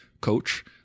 Coach